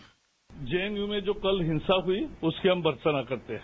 bite JNU में जो कल हिंसा हुई उसकी हम भर्त्सना करते हैं